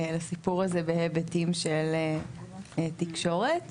בהיבטים של תקשורת.